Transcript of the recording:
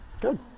Good